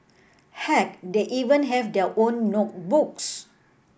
heck they even have their own notebooks